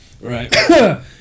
Right